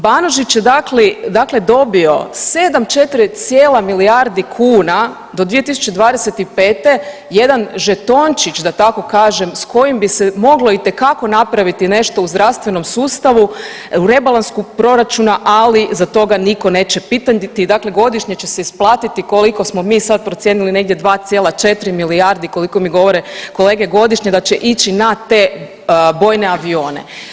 Banožić je dakle dobio 7,4 milijardi kuna do 2025., jedan žetončin da tako kažem s kojim bi se moglo itekako napraviti nešto u zdravstvenom sustavu u rebalansu proračuna, ali za toga nitko neće pitati, dakle godišnje će se isplatiti koliko smo mi sad procijenili negdje 2,4 milijardi koliko mi govore kolege godišnje da će ići na te bojne avione.